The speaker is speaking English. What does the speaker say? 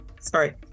Sorry